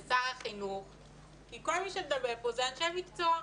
כל מי שמדבר פה זה אנשי מקצוע,